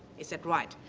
is that right?